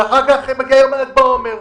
ואחר כך מגיע ל"ג בעומר.